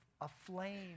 aflame